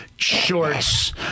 Shorts